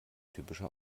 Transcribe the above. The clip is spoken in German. typischer